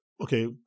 okay